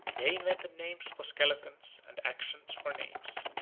they invented names for skeletons, and actions for names.